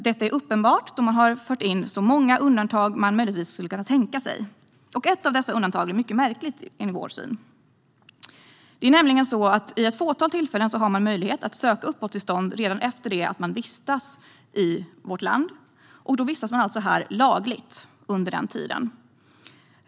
Det är uppenbart då den har fört in så många undantag som är möjligt att tänka sig. Ett av dessa undantag är mycket märkligt, enligt vår syn. Det är nämligen så att man vid ett fåtal tillfällen har möjlighet att söka uppehållstillstånd redan efter det att man vistas i vårt land. Då vistas man alltså här lagligt under den tiden.